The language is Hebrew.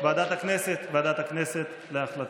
ועדת הכנסת להחלטה.